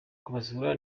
kubasura